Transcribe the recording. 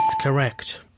correct